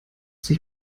sich